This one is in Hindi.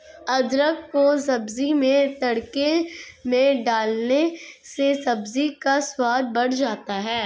अदरक को सब्जी में तड़के में डालने से सब्जी का स्वाद बढ़ जाता है